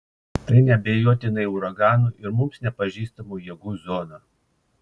tai neabejotinai uraganų ir mums nepažįstamų jėgų zona